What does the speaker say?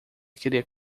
queria